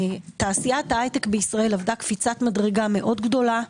תעשיית ההייטק בישראל נתנה קפיצת מדרגה מאוד גדולה,